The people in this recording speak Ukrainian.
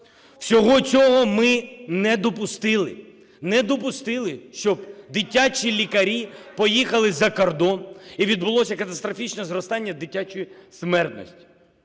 Всього цього ми не допустили, не допустили, щоб дитячі лікарі поїхали за кордон і відбулося катастрофічне зростання дитячої смертності